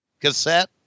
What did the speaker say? Cassette